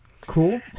cool